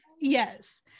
yes